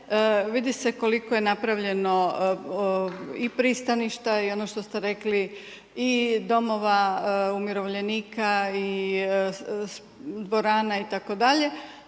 vidi se koliko je napravljeno i pristaništa i ono što ste rekli i domova umirovljenika i dvorana itd., ali